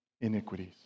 iniquities